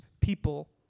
people